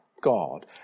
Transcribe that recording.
God